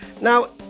Now